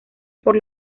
por